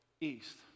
east